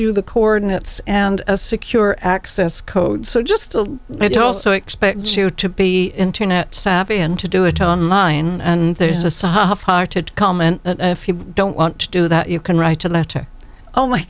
you the coordinates and a secure access code so just it also expects you to be internet savvy and to do it on line and there's a soft hearted comment if you don't want to do that you can write a letter oh my